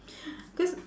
cause